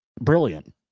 brilliant